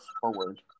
forward